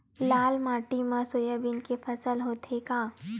लाल माटी मा सोयाबीन के फसल होथे का?